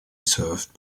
served